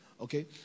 Okay